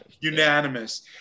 Unanimous